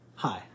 Hi